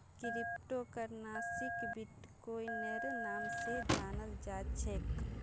crypto करन्सीक बिट्कोइनेर नाम स जानाल जा छेक